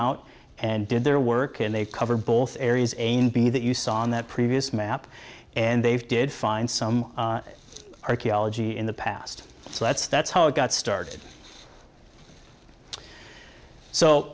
out and did their work and they cover both areas eighteen b that you saw in that previous map and they've did find some archaeology in the past so that's that's how it got started so